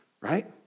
right